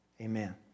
amen